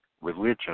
religion